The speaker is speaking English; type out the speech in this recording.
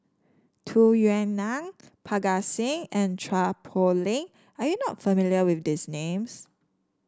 Tung Yue Nang Parga Singh and Chua Poh Leng are you not familiar with these names